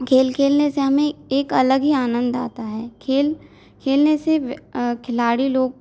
खेल खेलने से हमें एक अलग ही आनंद आता है खेल खेलने से खिलाड़ी लोग